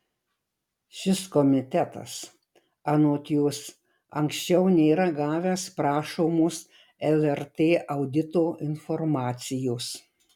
šis komitetas anot jos anksčiau nėra gavęs prašomos lrt audito informacijos